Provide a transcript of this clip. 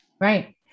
Right